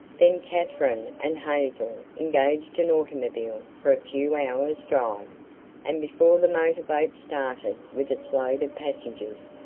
then katherine and hazel engaged an automobile for a few hours' drive and before the motorboat started with its load of passengers,